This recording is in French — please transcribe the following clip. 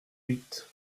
huit